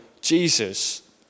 Jesus